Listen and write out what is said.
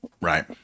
right